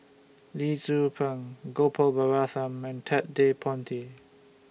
Lee Tzu Pheng Gopal Baratham and Ted De Ponti